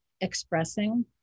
expressing